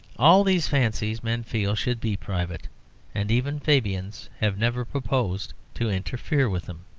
all these fancies men feel should be private and even fabians have never proposed to interfere with them.